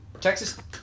Texas